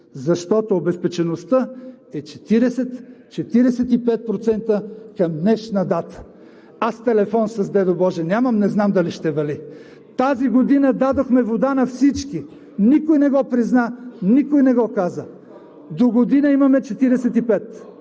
Защото обезпечеността е 40 – 45% към днешна дата! Аз телефон с дядо Боже нямам, не знам дали ще вали. Тази година дадохме вода на всички, никой не го призна, никой не го каза. Догодина имаме 45,